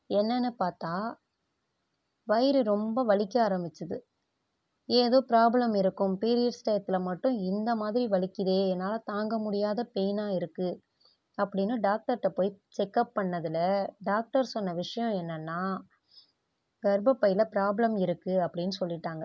என்னென்னு பார்த்தா வயிறு ரொம்ப வலிக்க ஆரம்பிச்சுது ஏதோ ப்ராப்ளம் இருக்கும் ப்ரீயட்ஸ் டயத்தில் மட்டும் இந்தமாதிரி வலிக்குதே என்னால் தாங்கமுடியாத பெயினாக இருக்குது அப்படின்னு டாக்டர்ட்டே போய் செக்கப் பண்ணதில் டாக்டர் சொன்ன விஷயம் என்னென்னா கர்ப்பப் பையில் ப்ராப்ளம் இருக்குது அப்படின்னு சொல்லிவிட்டாங்க